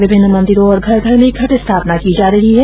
विभिन्न मंदिरों और घर घर में घट स्थापना की जा रही है